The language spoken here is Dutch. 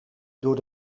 door